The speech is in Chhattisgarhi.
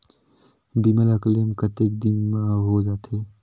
बीमा ला क्लेम कतेक दिन मां हों जाथे?